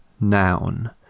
Noun